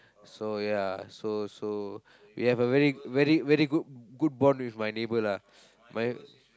so ya so so we have a very very very good good bond with my neighbour lah my